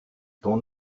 ton